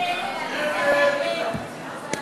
הצעת